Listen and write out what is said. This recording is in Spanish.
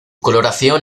coloración